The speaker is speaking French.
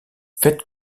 faites